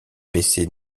baissait